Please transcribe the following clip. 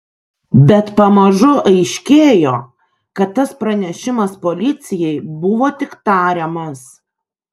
bet pamažu aiškėjo kad tas pranešimas policijai buvo tik tariamas